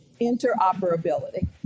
Interoperability